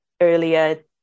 earlier